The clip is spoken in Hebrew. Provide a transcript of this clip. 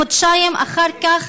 חודשיים אחר כך,